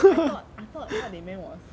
I thought I thought what they meant was